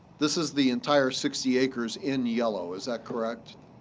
this is the entire sixty acres in yellow, is that correct?